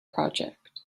project